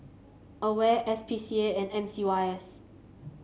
Aware S P C A and M C Y S